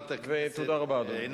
תודה רבה, אדוני.